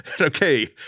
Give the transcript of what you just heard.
okay